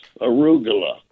arugula